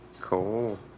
Cool